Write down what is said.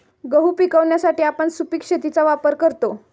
गहू पिकवण्यासाठी आपण सुपीक शेतीचा वापर करतो